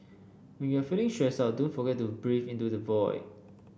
when you are feeling stressed out don't forget to breathe into the void